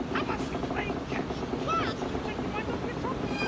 how about we play catch? catch? to take your mind off your troubles,